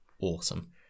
awesome